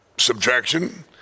Subtraction